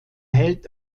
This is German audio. hält